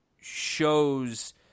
shows